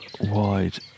wide